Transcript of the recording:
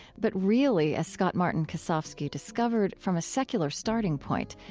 but really, as scott-martin kosofsky discovered from a secular starting point,